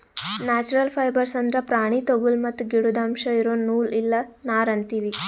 natural fibres ಅಂದ್ರ ಪ್ರಾಣಿ ತೊಗುಲ್ ಮತ್ತ್ ಗಿಡುದ್ ಅಂಶ್ ಇರೋ ನೂಲ್ ಇಲ್ಲ ನಾರ್ ಅಂತೀವಿ